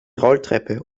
rolltreppe